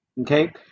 Okay